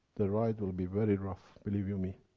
the ride will be very rough, believe you me.